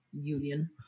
union